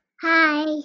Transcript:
Hi